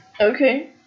Okay